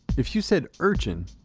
if you said! urchin,